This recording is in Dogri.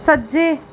सज्जे